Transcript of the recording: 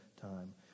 time